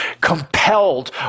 compelled